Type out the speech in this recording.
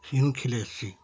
সেগুলো খেলে এসেছি